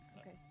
Okay